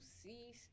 see